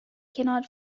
cannot